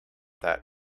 that